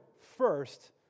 first